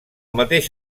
mateix